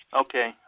Okay